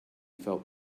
felt